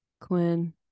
Quinn